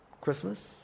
Christmas